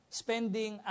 spending